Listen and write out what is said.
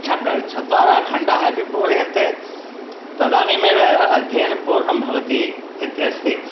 छ चत्वारः खण्डः अपि पूरयन्ते तदानीमेव अध्ययनं पूर्णं भवति इत्यस्ति